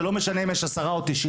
זה לא משנה אם יש עשרה או תשעים,